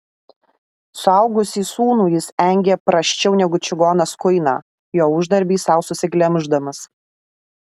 suaugusį sūnų jis engė prasčiau negu čigonas kuiną jo uždarbį sau susiglemždamas